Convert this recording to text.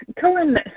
Cohen